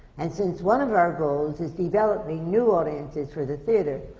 and since one of our goals is developing new audiences for the theatre,